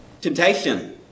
Temptation